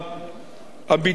הביטוי "צריך",